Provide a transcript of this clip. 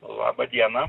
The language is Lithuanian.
laba diena